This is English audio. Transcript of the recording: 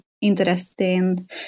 interesting